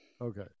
okay